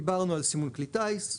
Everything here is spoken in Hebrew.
דיברנו על סימון כלי טייס,